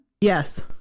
yes